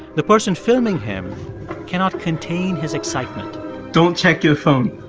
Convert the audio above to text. the person filming him cannot contain his excitement don't check your phone.